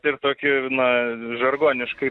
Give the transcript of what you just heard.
ir tokį na žargoniškai